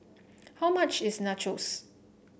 how much is Nachos